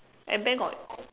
and bank got